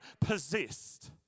possessed